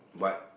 but